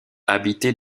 habité